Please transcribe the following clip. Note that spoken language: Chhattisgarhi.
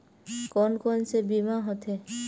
कोन कोन से बीमा होथे?